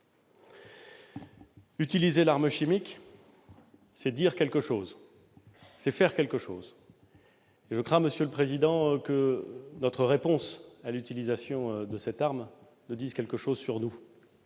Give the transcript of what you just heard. Utiliser l'arme chimique, c'est dire quelque chose ; c'est faire quelque chose. Et je crains, monsieur le président, que notre réponse à l'utilisation de cette arme ne dise quelque chose sur nous,